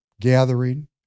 gathering